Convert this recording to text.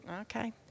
okay